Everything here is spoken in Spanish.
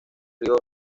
río